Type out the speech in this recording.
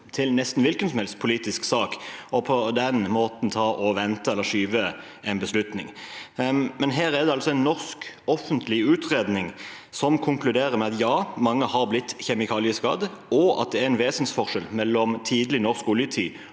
at det er prinsipielle spørsmål, og på den måten vente eller forskyve en beslutning. Her er det altså en norsk offentlig utredning som konkluderer med at mange har blitt kjemikalieskadet, og at det er en vesensforskjell mellom tidlig norsk oljetid